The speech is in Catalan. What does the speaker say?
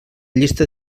llista